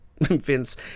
Vince